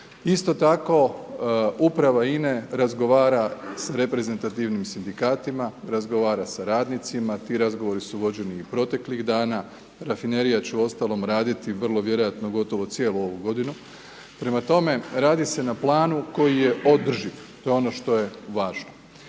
Isto tako uprava INA-e razgovara sa reprezentativnim Sindikatima, razgovara sa radnicima, ti razgovori su vođeni i proteklih dana, Rafinerija će uostalom raditi vrlo vjerojatno gotovo cijelu ovu godinu. Prema tome, radi se na planu koji je održiv, to je ono što je važno.